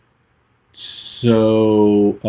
so